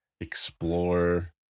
explore